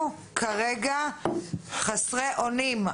אנחנו כרגע חסרי אונים.